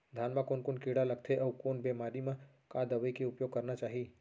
धान म कोन कोन कीड़ा लगथे अऊ कोन बेमारी म का दवई के उपयोग करना चाही?